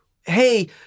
hey